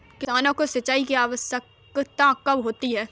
किसानों को सिंचाई की आवश्यकता कब होती है?